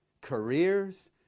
careers